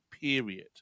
period